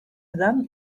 eden